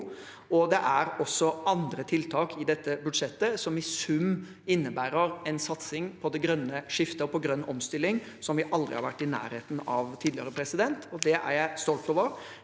Det er også andre tiltak i dette budsjettet som i sum innebærer en satsing på det grønne skiftet og på grønn omstilling som vi aldri har vært i nærheten av tidligere, og det er jeg stolt over.